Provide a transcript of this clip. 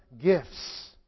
gifts